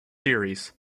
series